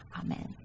Amen